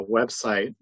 website